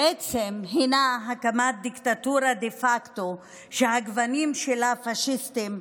בעצם הינה הקמת דיקטטורה דה פקטו שהגוונים שלה פשיסטיים,